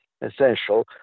essential